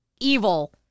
evil